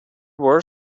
were